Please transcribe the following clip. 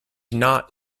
not